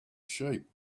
sheep